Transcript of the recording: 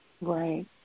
Right